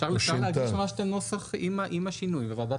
אפשר להגיש את הנוסח עם השינוי והוועדה